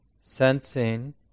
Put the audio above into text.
sensing